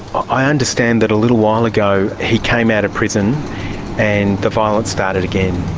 i understand that a little while ago he came out of prison and the violence started again,